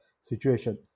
situation